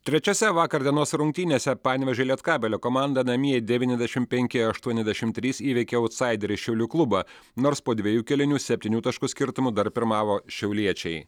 trečiose vakar dienos rungtynėse panevėžio lietkabelio komanda namie devyniasdešimt penki aštuoniasdešimt trys įveikė autsaiderį šiaulių klubą nors po dviejų kėlinių septynių taškų skirtumu dar pirmavo šiauliečiai